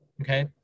okay